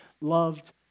loved